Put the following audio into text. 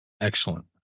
Excellent